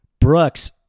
Brooks